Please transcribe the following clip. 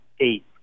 eight